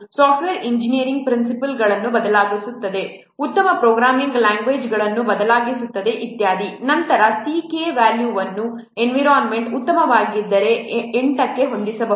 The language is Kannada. ಸಾಫ್ಟ್ವೇರ್ ಎಂಜಿನಿಯರಿಂಗ್ ಪ್ರಿನ್ಸಿಪಲ್ಗಳನ್ನು ಬಳಸಲಾಗುತ್ತದೆ ಉತ್ತಮ ಪ್ರೋಗ್ರಾಮಿಂಗ್ ಲಾಂಗ್ವೇಜ್ಗಳನ್ನು ಬಳಸಲಾಗುತ್ತದೆ ಇತ್ಯಾದಿ ನಂತರ C k ವ್ಯಾಲ್ಯೂವನ್ನು ಎನ್ವಿರಾನ್ಮೆಂಟ್ ಉತ್ತಮವಾಗಿದ್ದರೆ 8 ಕ್ಕೆ ಹೊಂದಿಸಬಹುದು